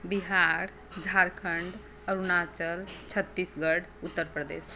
Bihar Jharkhand Arunachal Chhattisgarh Uttar Pradesh